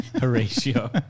Horatio